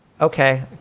Okay